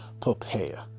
prepare